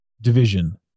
division